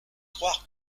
croire